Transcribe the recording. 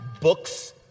books